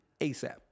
ASAP